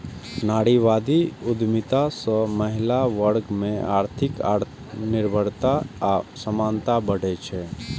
नारीवादी उद्यमिता सं महिला वर्ग मे आर्थिक आत्मनिर्भरता आ समानता बढ़ै छै